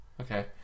Okay